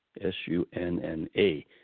S-U-N-N-A